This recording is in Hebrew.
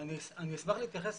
אני אשמח להתייחס